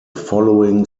following